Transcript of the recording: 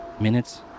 Minutes